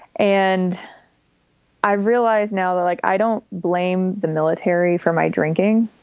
and i realize now that, like, i don't blame the military for my drinking,